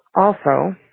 also,